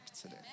today